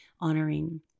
honoring